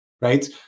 right